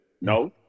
No